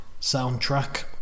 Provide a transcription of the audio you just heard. soundtrack